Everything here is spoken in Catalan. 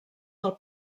del